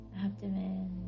abdomen